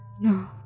No